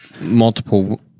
multiple